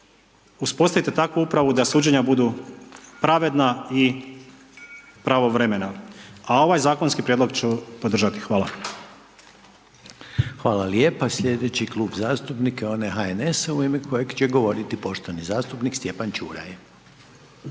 uspostavite takvu upravu da suđenja budu pravedna i pravovremena. A ovaj zakonski prijedlog ću podržati. Hvala. **Reiner, Željko (HDZ)** Hvala lijepa. Sljedeći klub zastupnika, onaj HNS-a u ime kojeg će govoriti poštovani zastupnik Stjepan Čuraj.